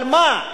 אבל מה,